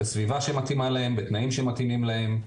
בסביבה שמתאימה להם, בתנאים שמתאימים להם,